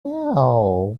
now